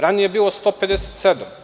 Ranije je bilo 157.